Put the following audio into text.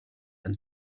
and